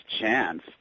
chance